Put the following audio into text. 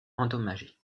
endommagées